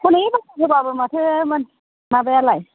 हनै दमखि होबाबो माथो माबायालाय